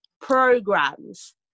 programs